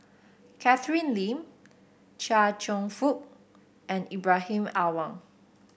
Catherine Lim Chia Cheong Fook and Ibrahim Awang